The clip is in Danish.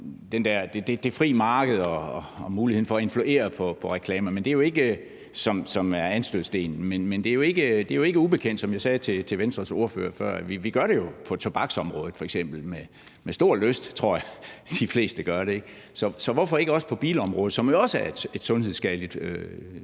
det frie marked og muligheden for at influere på reklamer, som er anstødsstenen, men det her er jo ikke ubekendt, som jeg sagde til Venstres ordfører før. Vi gør det jo f.eks. på tobaksområdet; med stor lyst tror jeg de fleste gør det. Så hvorfor ikke også på bilområdet, som jo også rummer noget sundhedsskadeligt?